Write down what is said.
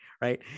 right